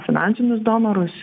finansinius donorus